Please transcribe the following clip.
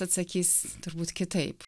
atsakys turbūt kitaip